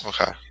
Okay